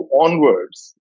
onwards